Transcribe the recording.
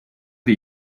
the